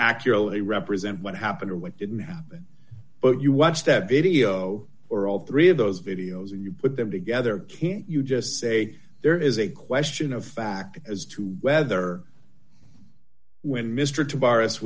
accurately represent what happened or what didn't happen but if you watch that video or all three of those videos and you put them together can you just say there is a question of fact as to whether when mr to virus